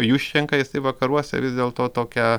juščenka jisai vakaruose vis dėl to tokią